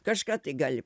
kažką tai gali